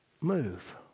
move